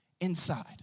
inside